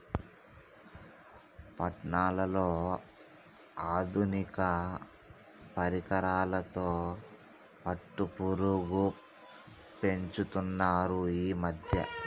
పట్నాలలో ఆధునిక పరికరాలతో పట్టుపురుగు పెంచుతున్నారు ఈ మధ్య